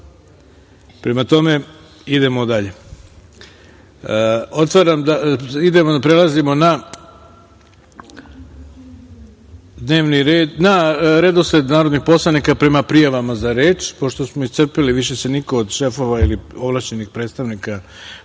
kažem. Prema tome, idemo dalje. Prelazimo na redosled narodnih poslanika prema prijavama za reč, pošto smo iscrpeli, više se niko od šefova ili ovlašćenih predstavnika poslaničkih